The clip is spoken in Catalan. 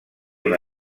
una